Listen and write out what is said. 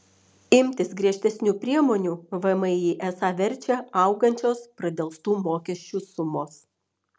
imtis griežtesnių priemonių vmi esą verčia augančios pradelstų mokesčių sumos